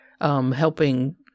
helping